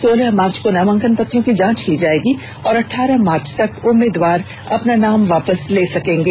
सोलह मार्च को नामांकन पत्रों की जांच की जाएगी और अठारह मार्च तक उम्मीदवार अपना नाम वापस ले सकेंगे